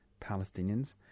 Palestinians